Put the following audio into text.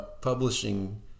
publishing